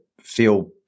feel